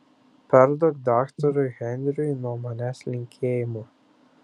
perduok daktarui henriui nuo manęs linkėjimų